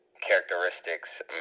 characteristics